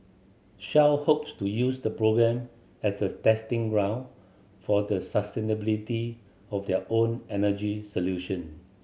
Shell hopes to use the program as a testing ground for the sustainability of their own energy solution